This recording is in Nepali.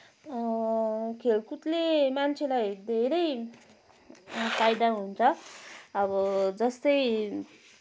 खेलकुदले मान्छेलाई धेरै फाइदा हुन्छ अब जस्तै